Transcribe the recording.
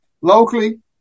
Locally